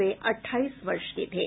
वे अठाईस वर्ष के थे